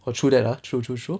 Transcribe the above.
oh true that ah true true true